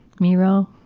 miro,